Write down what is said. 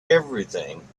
everything